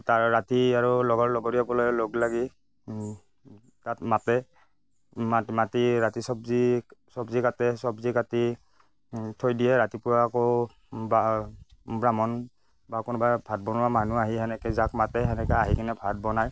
তাৰ ৰাতি আৰু লগৰ লগৰীয়া সকলে লগ লাগি তাত মাতে মাত মাতি ৰাতি চব্জি চব্জি কাটে চব্জি কাটি থৈ দিয়ে ৰাতিপুৱা আকৌ ব্ৰাহ্মণ বা কোনোবা ভাত বনোৱা মানুহ আহি তেনেকে যাক মাতে তেনেকে আহি কেনে ভাত বনায়